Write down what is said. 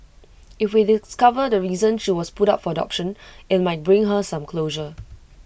if we discover the reason she was put up for adoption IT might bring her some closure